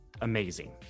amazing